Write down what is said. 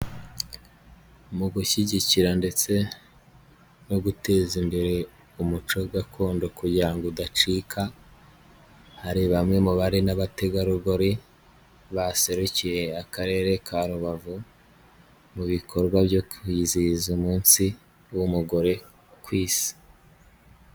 Mu gushyigikira ndetse no guteza imbere umuco gakondo kugira udacika, hari bamwe mu bari n'abategarugori baserukiye Akarere ka Rubavu mu bikorwa byo kwizihiza umunsi w'umugore ku isi.